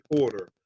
order